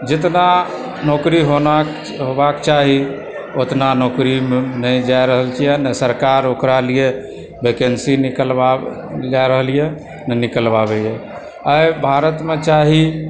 जितना नौकरी होना होबाक चाही ओतना नौकरी नहि जा रहल छै न सरकार ओकरा लिय वैकेन्सी निकलवा रहलए नऽ निकलबाबे यऽ आइ भारतमे चाही